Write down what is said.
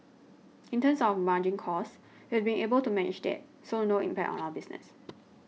in terms of our margin costs we've been able to manage that so no impact on our business